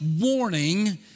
warning